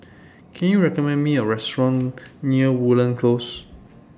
Can YOU recommend Me A Restaurant near Woodleigh Close